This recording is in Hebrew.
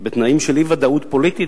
בתנאים של אי-ודאות פוליטית,